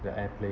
the airplane~